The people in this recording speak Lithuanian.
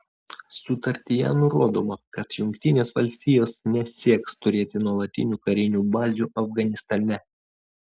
sutartyje nurodoma kad jungtinės valstijos nesieks turėti nuolatinių karinių bazių afganistane